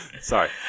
Sorry